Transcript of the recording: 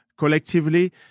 collectively